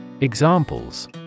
Examples